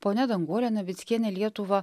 ponia danguolė navickienė lietuvą